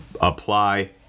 apply